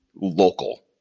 local